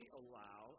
allow